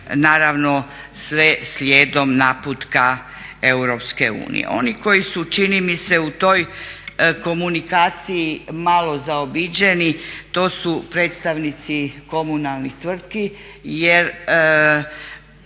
naravno sve slijedom naputka Europske unije. Oni koji su čini mi se u toj komunikaciji malo zaobiđeni to su predstavnici komunalnih tvrtki jer